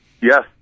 Yes